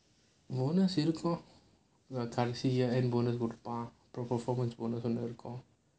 bonus இருக்கும் கடைசி:irukkum kadaisi year end bonus கொடுப்பான்:koduppaan performance bonus இருக்கும்:irukkum